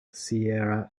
sierra